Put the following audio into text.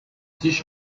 sich